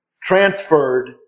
transferred